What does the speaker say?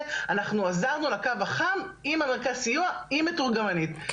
"..אנחנו עזרנו לקו עם המרכז סיוע עם מתורגמנית..".